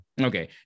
okay